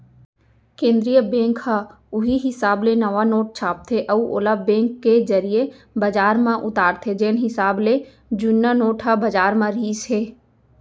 केंद्रीय बेंक ह उहीं हिसाब ले नवा नोट छापथे अउ ओला बेंक के जरिए बजार म उतारथे जेन हिसाब ले जुन्ना नोट ह बजार म रिहिस हे